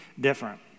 different